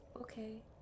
okay